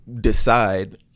decide